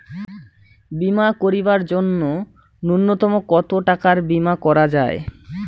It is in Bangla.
বীমা করিবার জন্য নূন্যতম কতো টাকার বীমা করা যায়?